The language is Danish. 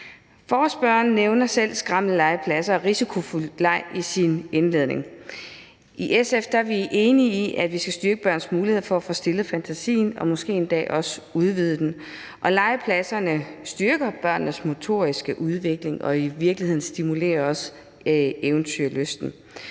Forespørgeren nævner selv skrammellegepladser og risikofyldt leg i sin indledning. I SF er vi enige i, at vi skal styrke børns muligheder for at udfolde deres fantasi og måske også udvide den, og legepladserne styrker børnenes motoriske udvikling og stimulerer i virkeligheden også deres eventyrlyst;